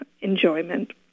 enjoyment